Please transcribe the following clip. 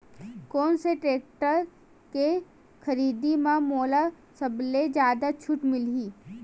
कोन से टेक्टर के खरीदी म मोला सबले जादा छुट मिलही?